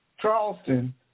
Charleston